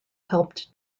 helped